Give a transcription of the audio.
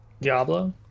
diablo